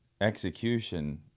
execution